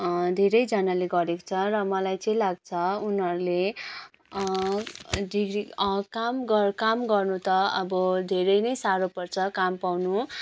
धेरैजनाले गरेको छ र मलाई चाहिँ लाग्छ उनीहरूले ड्रिगी काम गर काम गर्नु त अब धेरै नै साह्रो पर्छ काम पाउनु